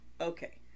okay